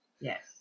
Yes